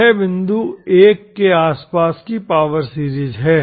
यह बिंदु 1 के आसपास की पावर सीरीज है